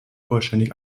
vollständig